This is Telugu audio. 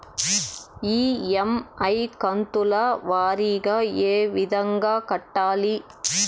ఇ.ఎమ్.ఐ కంతుల వారీగా ఏ విధంగా కట్టాలి